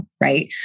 right